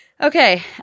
Okay